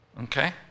Okay